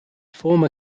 former